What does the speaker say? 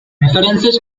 references